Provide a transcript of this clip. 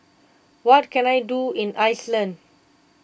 what can I do in Iceland